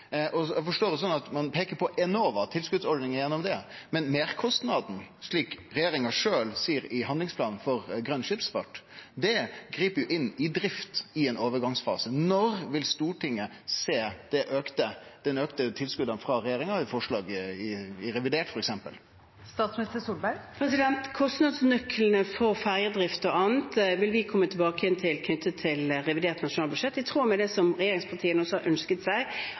at ein peikar på Enova og tilskotsordningar gjennom dei, men meirkostnaden, slik regjeringa sjølv seier det i handlingsplanen for grøn skipsfart, grip jo inn i drift i ein overgangsfase. Når vil Stortinget sjå dei auka tilskota frå regjeringa, f.eks. i revidert nasjonalbudsjett? Kostnadsnøklene for fergedrift og annet vil vi komme tilbake til i forbindelse med revidert nasjonalbudsjett, i tråd med det som også regjeringspartiene har ønsket